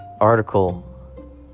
article